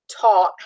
taught